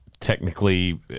Technically